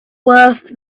worth